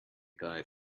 guy